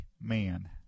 man